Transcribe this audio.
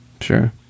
Sure